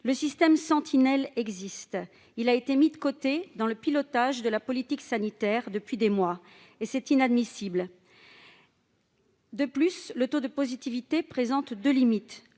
Le système dit « Sentinelles » existe, mais il a été mis de côté dans le pilotage de la situation sanitaire depuis des mois, ce qui est inadmissible. De plus, le taux de positivité présente deux limites